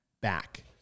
back